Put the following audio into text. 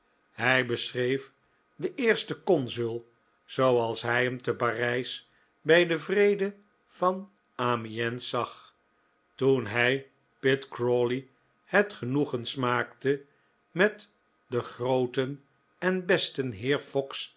hij beschreef den eersten consul zooals hij hem te parijs bij den vrede van amiens zag toen hij pitt crawley het genoegen smaakte met den grooten en besten